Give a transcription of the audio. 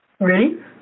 Ready